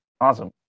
awesome